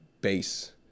base